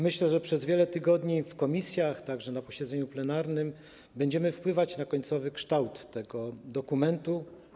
Myślę, że przez wiele tygodni w komisjach, także na posiedzeniu plenarnym, będziemy wpływać na końcowy kształt tego dokumentu.